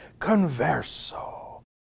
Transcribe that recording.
Converso